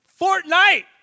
Fortnite